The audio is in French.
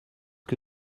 que